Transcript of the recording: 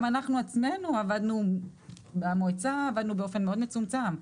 גם אנחנו עצמנו במועצה עבדנו באופן מאוד מצומצם.